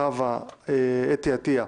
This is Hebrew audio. חוה אתי עטייה,